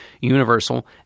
universal